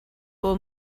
will